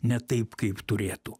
ne taip kaip turėtų